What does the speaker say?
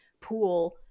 pool